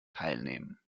teilnehmen